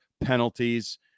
penalties